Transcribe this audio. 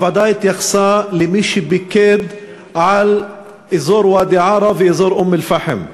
הוועדה התייחסה למי שפיקד על אזור ואדי-עארה ואזור אום-אלפחם.